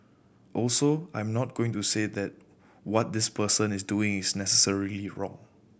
also I'm not going to say that what this person is doing is necessarily wrong